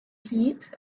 heat